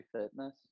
Fitness